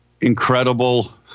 incredible